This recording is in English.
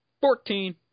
Fourteen